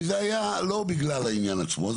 כי זה היה לא בגלל העניין עצמו,